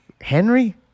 Henry